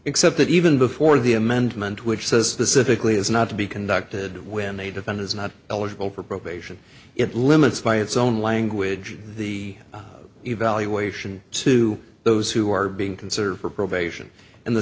except that even before the amendment which says the civically is not to be conducted when they defend is not eligible for probation it limits by its own language the evaluation to those who are being considered for probation and the